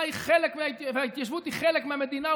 וההתיישבות היא חלק מהמדינה,